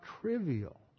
trivial